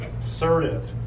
Assertive